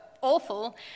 awful